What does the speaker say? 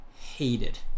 hated